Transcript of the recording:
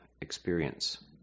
experience